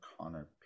Connor